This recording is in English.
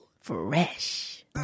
Fresh